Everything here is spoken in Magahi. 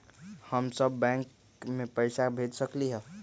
हम सब बैंक में पैसा भेज सकली ह?